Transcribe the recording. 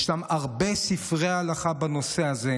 ישנם הרבה ספרי הלכה בנושא הזה.